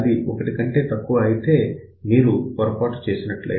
అది 1 కంటే తక్కువ అయితే మీరు పొరపాటు చేసినట్లే